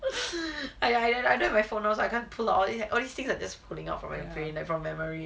I I don't have my phone now so I can't pull out all these all these things are pulling out from my brain from my memory